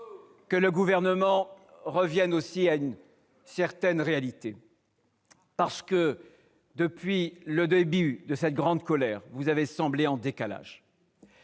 -que le Gouvernement revienne à une certaine réalité. En effet, depuis le début de cette grande colère, vous avez semblé en décalage.